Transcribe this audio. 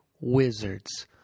Wizards